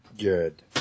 good